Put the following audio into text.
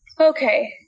Okay